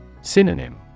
Synonym